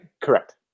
Correct